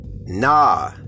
nah